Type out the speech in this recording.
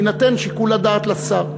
יינתן שיקול הדעת לשר,